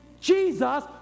Jesus